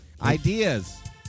Ideas